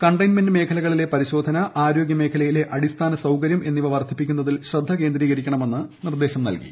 containment മേഖലകളിലെ പരിശോധന്ന ആരോഗ്യ മേഖലയിലെ അടിസ്ഥാന സൌകര്യം എന്നിവ പ്രിവർദ്ധിപ്പിക്കുന്നതിൽ ശ്രദ്ധ കേന്ദ്രീകരിക്കണമെന്ന് നിർദ്ദേശം ന്ൽകി